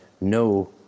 no